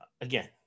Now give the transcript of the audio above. Again